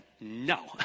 no